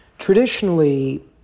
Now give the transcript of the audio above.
Traditionally